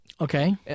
okay